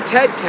Ted